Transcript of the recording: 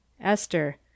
Esther